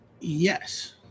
Yes